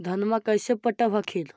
धन्मा कैसे पटब हखिन?